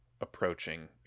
approaching